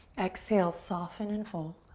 exhale, soften and fold.